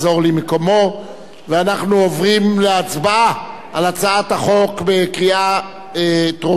להצבעה בקריאה טרומית על הצעת החוק של חבר הכנסת עפו אגבאריה,